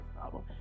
problem